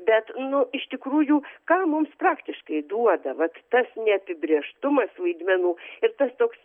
bet nu iš tikrųjų ką mums praktiškai duoda vat tas neapibrėžtumas vaidmenų ir tas toks